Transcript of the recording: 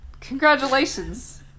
congratulations